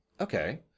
okay